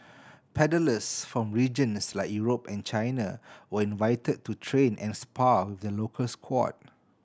paddlers from regions like Europe and China were invited to train and spar with the local squad